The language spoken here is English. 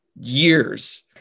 years